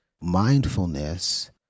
Mindfulness